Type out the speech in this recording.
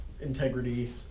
integrity